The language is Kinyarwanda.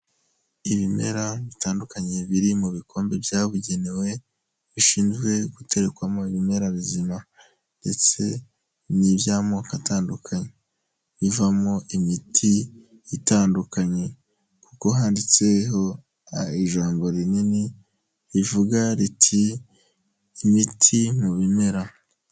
Ibimera bitandukanye biri mu bikombe byabugenewe, bishinzwe guterekwamo ibimera bizima ndetse n'iby'amoko atandukanye bivamo imiti itandukanye, kuko handitseho ijambo rinini rivuga riti " Imiti mu bimera ".